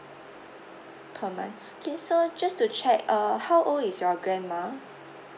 per month okay just to check uh how old is your grandma